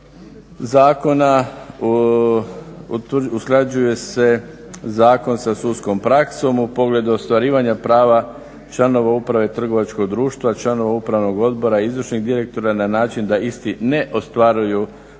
zakona usklađuje se zakon sa sudskom praksom u pogledu ostvarivanja prava članova uprave trgovačkog društva, članova upravnog odbora, izvršnih direktora na način da isti ne ostvaruju prava osigurana